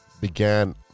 began